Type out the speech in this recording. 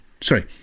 Sorry